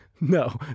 No